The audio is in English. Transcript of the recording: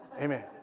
Amen